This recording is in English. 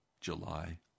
July